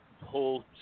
whole